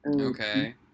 Okay